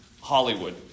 Hollywood